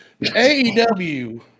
AEW